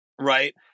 Right